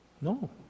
No